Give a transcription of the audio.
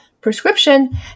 prescription